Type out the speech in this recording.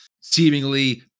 seemingly